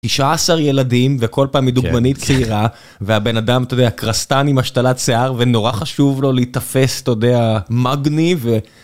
19 ילדים, וכל פעם מדוגמנית צעירה, והבן אדם אתה יודע כרסתן עם השתלת שיער, ונורא חשוב לו להיתפס, אתה יודע, מגניב, ו...